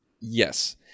Yes